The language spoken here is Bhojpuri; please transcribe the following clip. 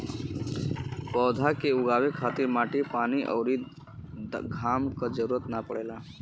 पौधा के उगावे खातिर माटी पानी अउरी घाम क जरुरत ना पड़ेला